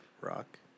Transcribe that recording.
rock